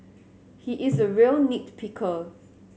he is a real nit picker